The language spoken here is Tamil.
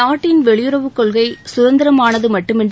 நாட்டின் வெளியுறவுக் கொள்கை குதந்திரமானது மட்டுமன்றி